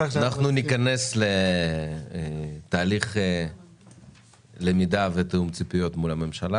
אנחנו ניכנס לתהליך למידה ותיאום ציפיות מול הממשלה